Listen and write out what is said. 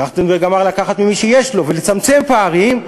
טרכטנברג אמר לקחת ממי שיש לו ולצמצם פערים,